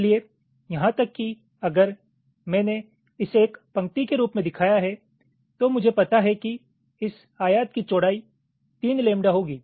इसलिए यहां तक कि अगर मैंने इसे एक पंक्ति के रूप में दिखाया है तो मुझे पता है कि इस आयत की चौड़ाई तीन लैम्बडा होगी